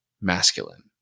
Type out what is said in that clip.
masculine